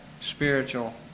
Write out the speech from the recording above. spiritual